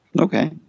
Okay